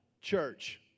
church